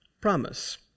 promise